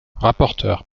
rapporteur